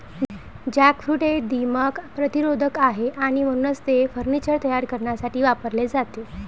jackfruit हे दीमक प्रतिरोधक आहे आणि म्हणूनच ते फर्निचर तयार करण्यासाठी वापरले जाते